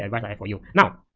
advice i have for you. now,